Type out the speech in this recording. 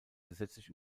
gesetzlich